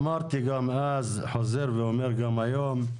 אמרתי גם אז, חוזר ואומר גם היום,